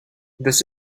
does